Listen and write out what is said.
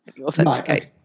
authenticate